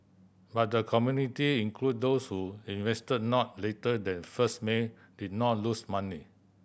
but the community include those who invested not later than first May did not lose money